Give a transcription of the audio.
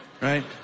Right